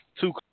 two